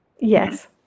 Yes